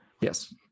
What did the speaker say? yes